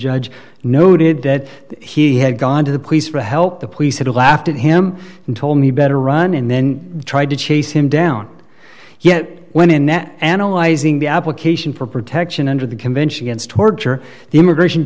judge noted that he had gone to the police for help the police had laughed at him and told me better run and then tried to chase him down yet when annette analyzing the application for protection under the convention against torture the immigration